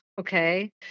Okay